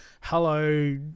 Hello